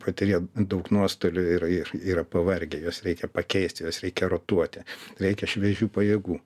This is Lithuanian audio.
patiria jie daug nuostolių ir ir yra pavargę juos reikia pakeist juos reikia rotuoti reikia šviežių pajėgų